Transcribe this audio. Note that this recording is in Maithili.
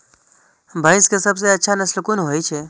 भैंस के सबसे अच्छा नस्ल कोन होय छे?